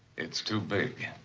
it's too big.